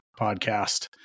podcast